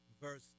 verse